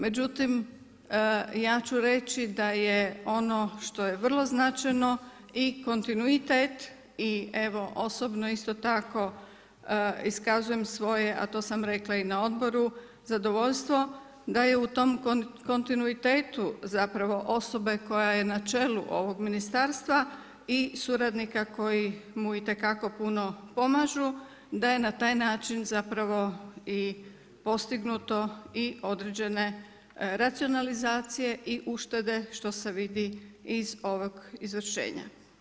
Međutim, ja ću reći da je ono što je vrlo značajno i kontinuitet i evo osobno isto tako iskazujem svoje, a to sam rekla i na odboru zadovoljstvo, da je u tom kontinuitetu zapravo osobe koja je na čelu ovog ministarstva i suradnika koji mu itekako puno pomažu, da je na taj način zapravo i postignuto i određene racionalizacije i uštede što se vidi iz ovog izvršenja.